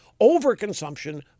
overconsumption